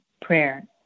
prayer